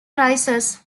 prices